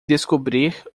descobrir